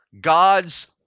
God's